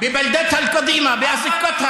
סמטאות,